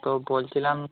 হুম তো বলছিলাম